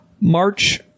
March